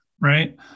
right